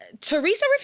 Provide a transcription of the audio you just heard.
Teresa